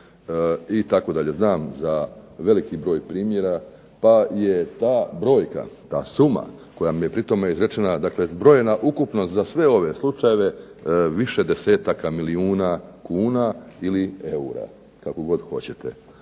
ili Đakovo itd. Znam za veliki broj primjera, pa je ta brojka, ta suma koja mi je pri tome izrečena, dakle zbrojena ukupno za sve ove slučajeve više desetaka milijuna kuna ili eura, kako god hoćete.